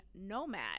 nomad